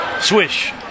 Swish